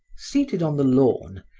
seated on the lawn,